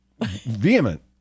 vehement